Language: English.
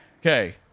Okay